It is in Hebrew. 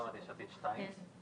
כשדנו